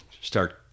start